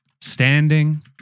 standing